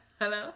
Hello